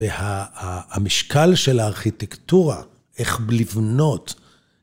והמשקל של הארכיטקטורה, איך לבנות.